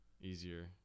easier